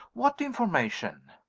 what information?